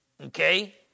Okay